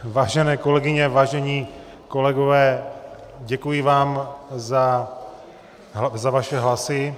Vážené kolegyně, vážení kolegové, děkuji vám za vaše hlasy.